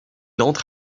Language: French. entre